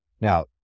now